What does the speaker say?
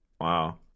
Wow